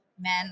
men